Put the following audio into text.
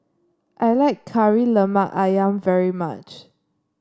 I like Kari Lemak ayam very much